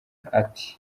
ati